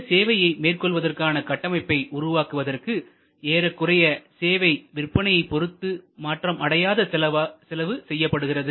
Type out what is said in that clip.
இந்த சேவைகளை மேற்கொள்வதற்கான கட்டமைப்பை உருவாக்குவதற்கு ஏறக்குறைய சேவை விற்பனையை பொறுத்து மாற்றம் அடையாத செலவு செய்யப்படுகிறது